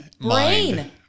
brain